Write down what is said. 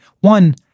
One—